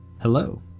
Hello